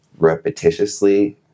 repetitiously